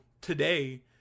today